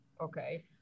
okay